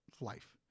life